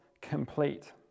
complete